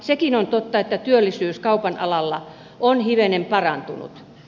sekin on totta että työllisyys kaupan alalla on hivenen parantunut